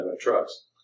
Trucks